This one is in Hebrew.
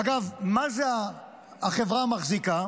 אגב, מה זה "החברה מחזיקה"?